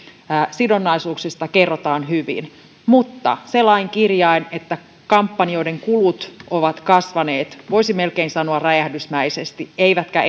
sidonnaisuuksista kerrotaan hyvin mutta siihen lain kirjaimeen kun kampanjoiden kulut ovat kasvaneet voisi melkein sanoa räjähdysmäisesti eivätkä